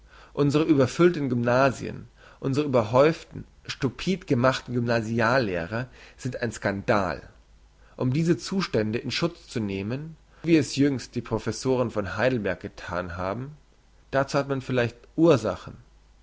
unsre überfüllten gymnasien unsre überhäuften stupid gemachten gymnasiallehrer sind ein skandal um diese zustände in schutz zu nehmen wie es jüngst die professoren von heidelberg gethan haben dazu hat man vielleicht ursachen